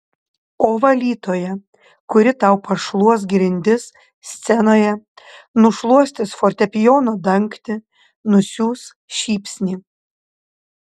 o valytoja kuri tau pašluos grindis scenoje nušluostys fortepijono dangtį nusiųs šypsnį